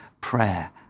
prayer